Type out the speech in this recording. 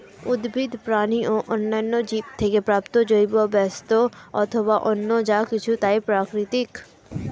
উদ্ভিদ, প্রাণী ও অন্যান্য জীব থেকে প্রাপ্ত জৈব বস্তু অথবা অন্য যা কিছু তাই প্রাকৃতিক